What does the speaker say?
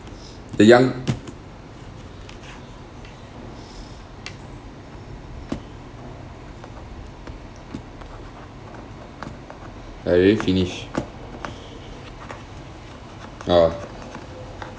the young I already finish orh